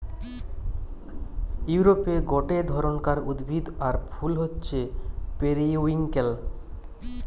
ইউরোপে গটে ধরণকার উদ্ভিদ আর ফুল হচ্ছে পেরিউইঙ্কেল